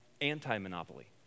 Anti-Monopoly